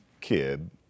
kid